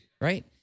Right